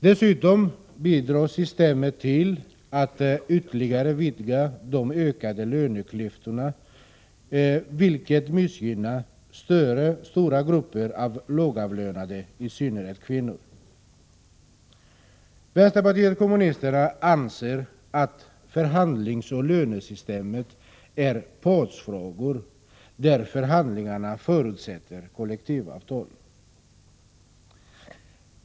Dessutom bidrar systemet till att ytterligare vidga de ökade löneklyftorna, vilket missgynnar stora grupper av lågavlönade, i synnerhet kvinnor. Vänsterpartiet kommunisterna anser att förhandlingsoch lönesystemen är partsfrågor där förhandlingarna förutsätter kollektivavtal.